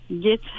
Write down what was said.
get